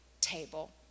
table